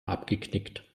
abgeknickt